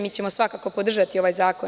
Mi ćemo svakako podržati ovaj zakon.